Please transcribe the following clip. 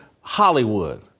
Hollywood